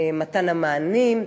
מתן המענים.